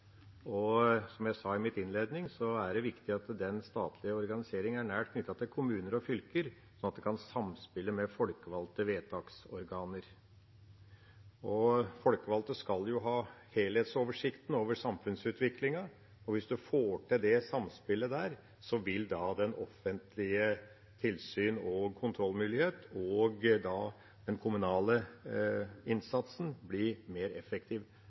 og de er en del av en helhet. Som jeg sa i min innledning, er det viktig at den statlige organiseringen er nær knyttet til kommuner og fylker, slik at den kan samspille med folkevalgte vedtaksorganer. Folkevalgte skal jo ha helhetsoversikten over samfunnsutviklingen, og hvis man får til det samspillet, vil den offentlige tilsyns- og kontrollmyndigheten og den kommunale innsatsen bli mer effektiv.